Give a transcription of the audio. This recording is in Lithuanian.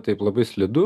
taip labai slidu